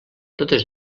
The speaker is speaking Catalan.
totes